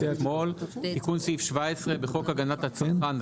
אתמול: תיקון סעיף 17 1. בחוק הגנת הצרכן,